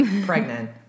Pregnant